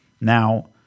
Now